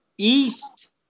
East